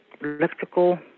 Electrical